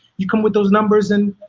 you come with those numbers and,